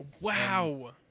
Wow